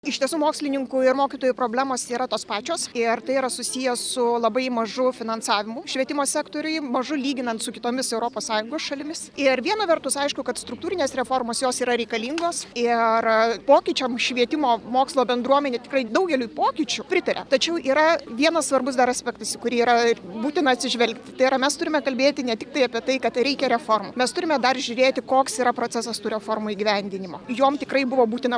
iš tiesų mokslininkų ir mokytojų problemos yra tos pačios ir tai yra susiję su labai mažu finansavimu švietimo sektoriuje mažu lyginant su kitomis europos sąjungos šalimis ir viena vertus aišku kad struktūrinės reformos jos yra reikalingos ir pokyčiam švietimo mokslo bendruomenėje tikrai daugeliui pokyčių pritaria tačiau yra vienas svarbus dar aspektas į kurį yra būtina atsižvelgti tai yra mes turime kalbėti ne tiktai apie tai kad reikia reformų mes turime dar žiūrėti koks yra procesas tų reformų įgyvendinimo jom tikrai buvo būtina